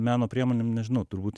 meno priemonėm nežinau turbūt